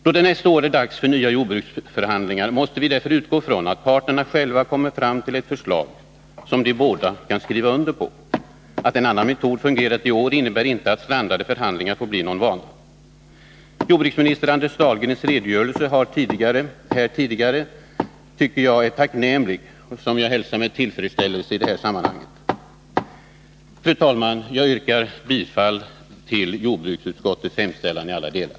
Då det nästa år är dags för nya jordbruksförhandlingar måste vi därför utgå från att parterna själva kommer fram till ett förslag som de båda kan skriva under. Att en annan metod fungerat i år innebär inte att strandade förhandlingar får bli någon vana. Jordbruksminister Anders Dahlgrens redogörelse här tidigare tycker jag är tacknämlig, och jag hälsar den med tillfredsställelse i detta sammanhang. Fru talman! Jag yrkar bifall till jordbruksutskottets hemställan i alla delar.